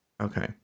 okay